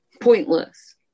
pointless